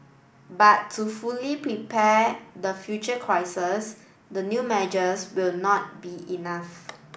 but to fully prepare the future crises the new measures will not be enough